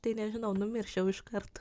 tai nežinau numirčiau iškart